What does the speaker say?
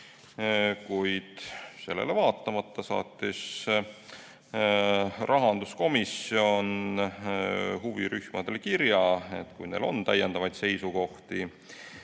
Kuid sellele vaatamata saatis rahanduskomisjon huvirühmadele kirja, et kui neil on täiendavaid seisukohti,